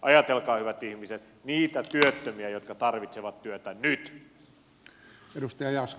ajatelkaa hyvät ihmiset niitä työttömiä jotka tarvitsevat työtä nyt